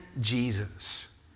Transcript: Jesus